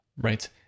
right